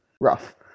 rough